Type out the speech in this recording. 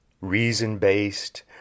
reason-based